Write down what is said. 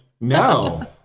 no